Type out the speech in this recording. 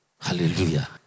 Hallelujah